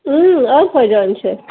عارفہٕ جان چھےٚ